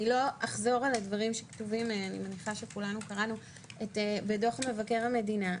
לא אחזור על הדברים שכתובים בדוח מבקר המדינה,